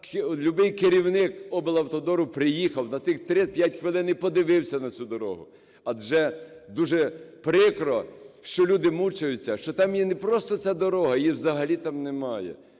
любий керівник облавтодору приїхав на цих 3-5 хвилин і подивився на цю дорогу. Адже дуже прикро, що люди мучаються, що там є не просто ця дорога, її взагалі там немає.